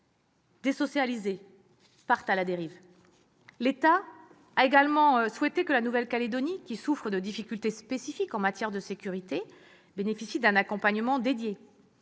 désocialisés, partent à la dérive. L'État a également souhaité que la Nouvelle-Calédonie, qui souffre de difficultés spécifiques pour ce qui concerne la sécurité, bénéficie d'un accompagnement dédié.